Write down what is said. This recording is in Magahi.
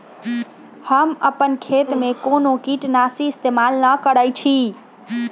हम अपन खेत में कोनो किटनाशी इस्तमाल न करई छी